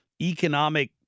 economic